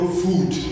food